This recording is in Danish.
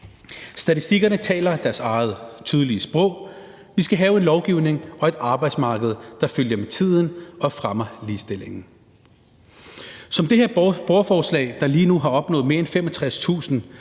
Statistikkerne taler deres eget tydelige sprog. Vi skal have en lovgivning og et arbejdsmarked, der følger med tiden og fremmer ligestillingen. Som det her borgerforslag, der lige nu har opnået mere end 65.000